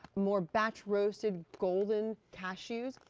more batch roasted golden cashews.